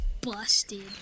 busted